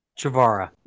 Chavara